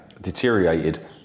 deteriorated